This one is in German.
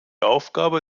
aufgabe